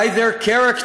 by their character,